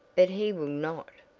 but he will not!